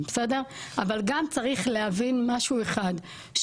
אבל בנוסף צריכים להתעסק גם במניעה,